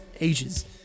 ages